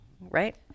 right